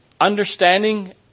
understanding